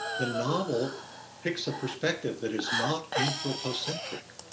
the novel picks a perspective that is not anthropocentric.